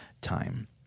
time